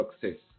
success